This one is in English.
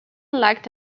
lacked